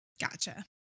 gotcha